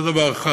זה דבר אחד.